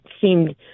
seemed